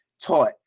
taught